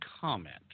comment